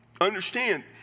understand